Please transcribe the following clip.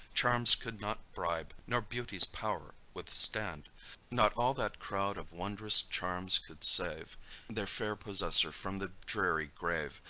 charms could not bribe, nor beauty's power withstand not all that crowd of wondrous charms could save their fair possessor from the dreary grave.